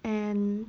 and